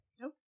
Nope